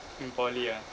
in poly ah